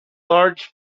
large